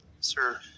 Sir